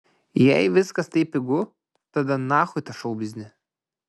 jei viskas taip pigu tada nachui tą šou biznį